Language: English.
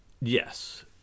Yes